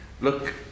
look